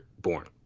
born